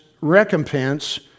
recompense